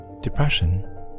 depression